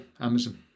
Amazon